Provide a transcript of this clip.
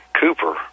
Cooper